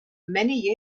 many